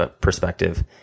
perspective